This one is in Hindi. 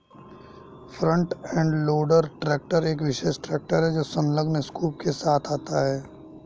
फ्रंट एंड लोडर ट्रैक्टर एक विशेष ट्रैक्टर है जो संलग्न स्कूप के साथ आता है